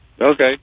Okay